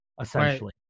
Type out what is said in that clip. essentially